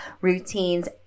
routines